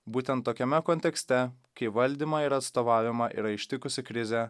būtent tokiame kontekste kai valdymą ir atstovavimą yra ištikusi krizė